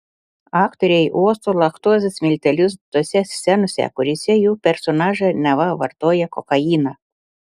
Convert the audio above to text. aktoriai uosto laktozės miltelius tose scenose kuriose jų personažai neva vartoja kokainą